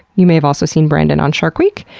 you may have also seen brandon on shark week.